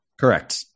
Correct